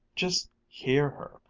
just hear her!